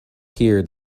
here